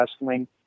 wrestling